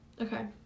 Okay